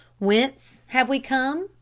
whence have we come,